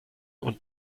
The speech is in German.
und